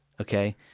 Okay